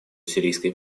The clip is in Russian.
сирийской